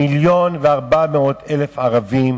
1.4 מיליון ערבים,